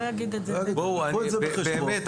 לקחו את זה בחשבון.